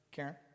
Karen